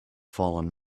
fallen